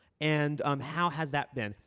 and um how has that been?